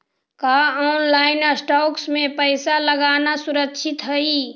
का online stocks में पैसा लगाना सुरक्षित हई